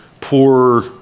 poor